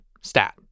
stat